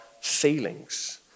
feelings